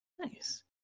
Nice